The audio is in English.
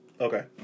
okay